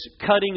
cutting